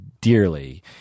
dearly